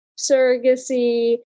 surrogacy